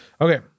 Okay